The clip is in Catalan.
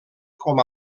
com